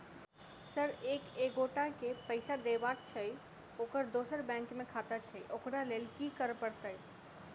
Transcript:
Sir एक एगोटा केँ पैसा देबाक छैय ओकर दोसर बैंक मे खाता छैय ओकरा लैल की करपरतैय?